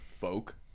folk